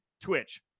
Twitch